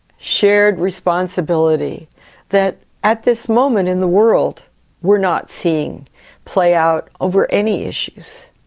shared responsibility that at this moment in the world we are not seeing play out over any issues.